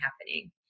happening